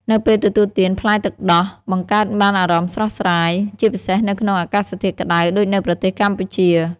នៅពេលទទួលទាន ផ្លែទឹកដោះបង្កើតបានអារម្មណ៍ស្រស់ស្រាយ ជាពិសេសនៅក្នុងអាកាសធាតុក្តៅដូចនៅប្រទេសកម្ពុជា។